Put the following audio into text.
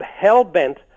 hell-bent